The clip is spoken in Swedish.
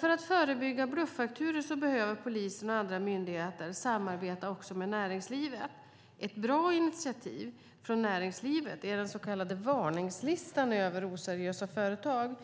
För att förebygga bluffakturor behöver polisen och andra myndigheter samarbeta också med näringslivet. Ett bra initiativ från näringslivet är den så kallade Varningslistan över oseriösa företag.